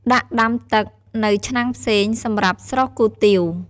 ដាក់ដាំទឹក នៅឆ្នាំងផ្សេង សម្រាប់ស្រុះគុយទាវ។